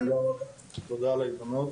תודה על ההזדמנות.